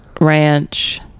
ranch